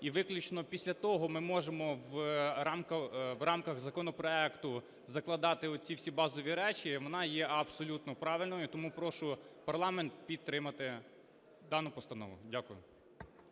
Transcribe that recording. і виключно після того ми можемо в рамках законопроекту закладати оці всі базові речі, і вона є абсолютно правильною. Тому прошу парламент підтримати дану постанову. Дякую.